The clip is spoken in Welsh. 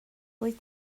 wyt